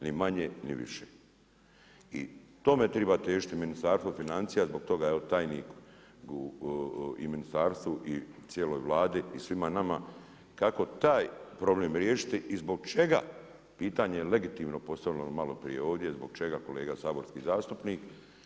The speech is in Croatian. Ni manje, ni više i tome treba težiti Ministarstvo financija zbog toga jer tajnik u ministarstvu i cijeloj Vladi i svima nama kako taj problem riješiti i zbog čega, pitanje je legitimno postavljeno malo prije ovdje, zbog čega kolega saborski zastupnik.